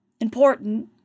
important